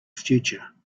future